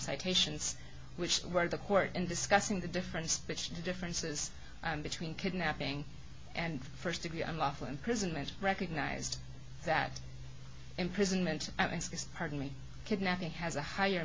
citations which were the court in discussing the difference between the differences between kidnapping and st degree unlawful imprisonment recognized that imprisonment i think is pardon me kidnapping has a higher